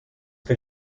que